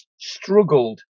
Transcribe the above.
struggled